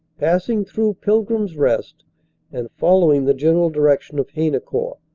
pass ing through pilgrim's rest and following the general direction of haynecourt.